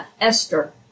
Esther